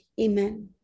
Amen